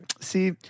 see